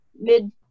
mid